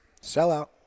Sellout